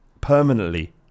permanently